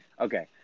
Okay